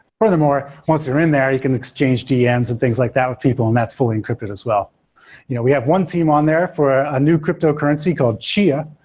furthermore, once they're in there you can exchange dms and things like that with people and that's fully encrypted as well you know we have one team on there for a new cryptocurrency called chia,